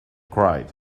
cried